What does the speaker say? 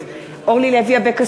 נגד מיקי לוי, נגד אורלי לוי אבקסיס,